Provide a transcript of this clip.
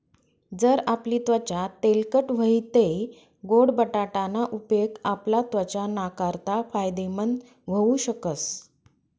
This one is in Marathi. जर आपली त्वचा तेलकट व्हयी तै गोड बटाटा ना उपेग आपला त्वचा नाकारता फायदेमंद व्हऊ शकस